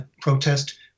protest